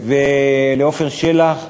ולעפר שלח,